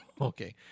Okay